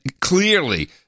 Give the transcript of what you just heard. Clearly